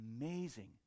amazing